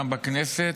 גם בכנסת.